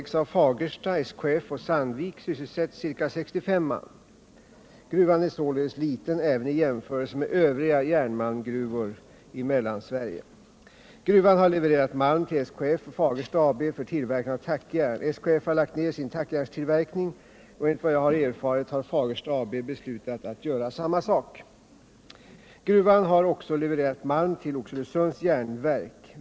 Gruvan har levererat malm tll SKF och Fagersta AB för tillverkning av tackjärn. SKE har lagt ned sin tackjärnstillverkning, och enligt vad jag har erfarit har Fagersta. AB beslutat att göra samma sak. Gruvan har också levererat malm till Oxelösunds Jernverk.